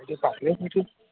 ଏ ପାଖରେ କେଉଁଠି